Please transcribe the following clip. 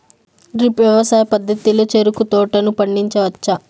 drip వ్యవసాయ పద్ధతిలో చెరుకు తోటలను పండించవచ్చా